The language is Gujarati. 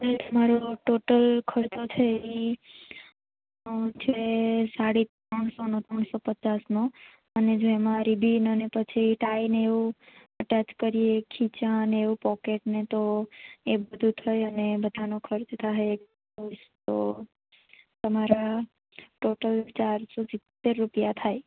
તમારો ટોટલ ખર્ચો છે એ છે સાડી ત્રણસો ત્રણસો પચાસનો અને જો એમાં રીબીન પછી ટાઈને ને એવું ટચ કરીએ ખીચા અને એવું પોકેટ ને એ તો એ બધું થઈ અને એ બધાનો ખર્ચો થશે તો તમારા ટોટલ ચારસો સિત્તેર રૂપિયા થાય